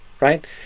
Right